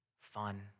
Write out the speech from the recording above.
fun